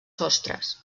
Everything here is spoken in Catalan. sostres